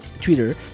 Twitter